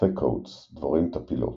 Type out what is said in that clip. Sphecodes – דבורים טפילות.